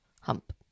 hump